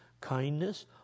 kindness